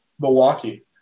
Milwaukee